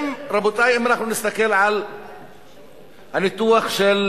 רבותי, אם אנחנו נסתכל על הניתוח של